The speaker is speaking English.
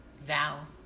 thou